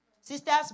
Sisters